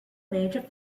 major